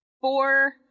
four